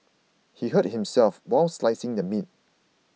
he hurt himself while slicing the meat